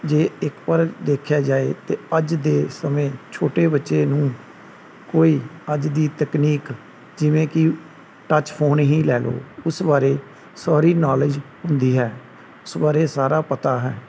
ਜੇ ਇੱਕ ਵਾਰ ਦੇਖਿਆ ਜਾਵੇ ਤਾਂ ਅੱਜ ਦੇ ਸਮੇਂ ਛੋਟੇ ਬੱਚੇ ਨੂੰ ਕੋਈ ਅੱਜ ਦੀ ਤਕਨੀਕ ਜਿਵੇਂ ਕਿ ਟੱਚ ਫੋਨ ਹੀ ਲੈ ਲਓ ਉਸ ਬਾਰੇ ਸਾਰੀ ਨੌਲੇਜ ਹੁੰਦੀ ਹੈ ਉਸ ਬਾਰੇ ਸਾਰਾ ਪਤਾ ਹੈ